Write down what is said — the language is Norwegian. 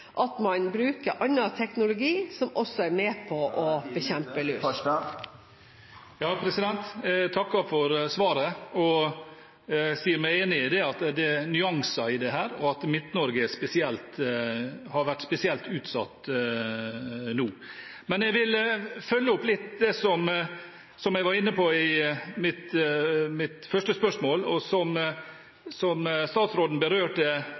at man bruker annen teknologi som også er med på å bekjempe lus. Jeg takker for svaret og sier meg enig i at det er nyanser i dette, og at Midt-Norge har vært spesielt utsatt nå. Jeg vil følge opp litt det jeg var inne på i mitt første spørsmål, og som statsråden berørte